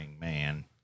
man